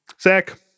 Zach